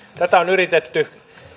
tätä samaa oppia on yritetty